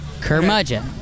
Curmudgeon